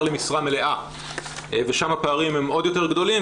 למשרה מלאה ושם הפערים הם עוד יותר גדולים,